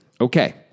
Okay